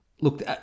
Look